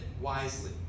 wisely